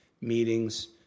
meetings